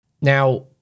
Now